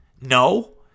No